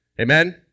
Amen